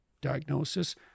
diagnosis